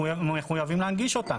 מחויבים להנגיש אותן.